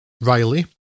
Riley